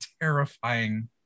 terrifying